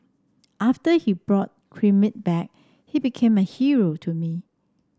after he brought Crimea back he became a hero to me